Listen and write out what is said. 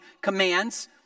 commands